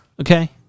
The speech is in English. Okay